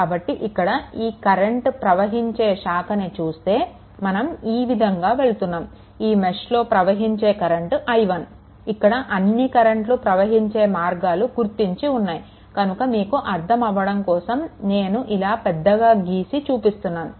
కాబట్టి ఇక్కడ ఈ I కరెంట్ ప్రవహించే శాఖని చూస్తే మనం ఈ విధంగా వెళ్తున్నాము ఈ మెష్1 లో ప్రవహించే కరెంట్ i1 ఇక్కడ అన్నీ కరెంట్లు ప్రవహించే మార్గాలు గుర్తించి ఉన్నాయి కానీ మీకు అర్థం అవ్వడం కోసం నేను ఇలా పెద్దగా గీసి చూపిస్తున్నాను